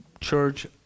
church